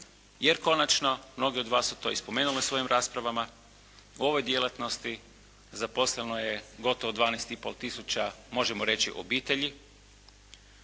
jer konačno, mnogi od vas su to i spomenuli u svojim raspravama, u ovoj djelatnosti zaposleno je gotovo 12,5 tisuća, možemo reći obitelji.